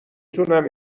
تونم